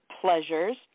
pleasures